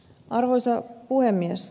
arvoisa puhemies